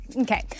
Okay